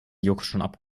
joghurt